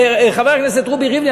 חבר הכנסת רובי ריבלין,